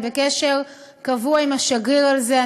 אני בקשר קבוע עם השגריר על זה.